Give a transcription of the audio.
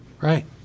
Right